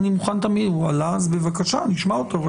הוא עלה, בבקשה, נשמע אותו.